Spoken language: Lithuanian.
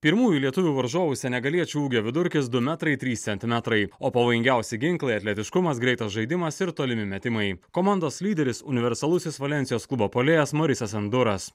pirmųjų lietuvių varžovų senegaliečių ūgio vidurkis du metrai trys centimetrai o pavojingiausi ginklai atletiškumas greitas žaidimas ir tolimi metimai komandos lyderis universalusis valensijos klubo puolėjas morisas anduras